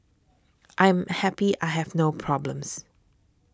I am happy I have no problems